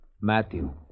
Matthew